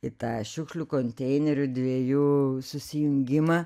į tą šiukšlių konteinerių dviejų susijungimą